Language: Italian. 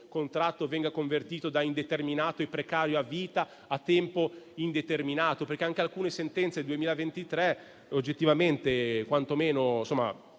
contratto venga convertito da determinato e precario a vita a tempo indeterminato? Anche alcune sentenze del 2023, quantomeno